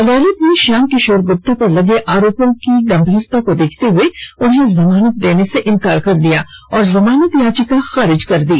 अदालत ने श्याम किशोर गुप्ता पर लगे आरोपों की गंभीरता को देखते हुए उन्हें जमानत देने से इन्कार कर दिया और जमानत याचिका खारिज कर दी